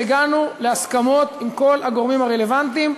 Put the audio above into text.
הגענו להסכמות עם כל הגורמים הרלוונטיים.